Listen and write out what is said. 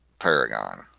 Paragon